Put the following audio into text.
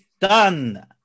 done